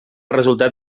resultar